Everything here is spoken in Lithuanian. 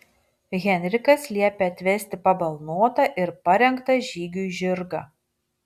henrikas liepia atvesti pabalnotą ir parengtą žygiui žirgą